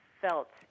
felt